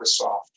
Microsoft